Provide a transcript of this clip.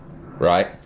right